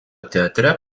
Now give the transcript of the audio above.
teatre